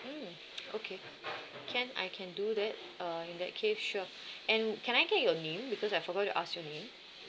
mm okay can I can do that uh in that case sure and can I get your name because I forgot to ask your name